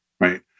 right